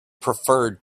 preferred